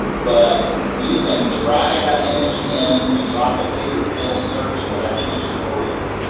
but you can drag that image in and drop it here and it will search for that image for you.